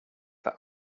that